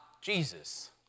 Jesus